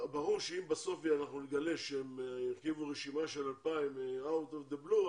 ברור שאם בסוף אנחנו נגלה שהם ירכיבו רשימה של 2,000 אאוט אוף דה בלו,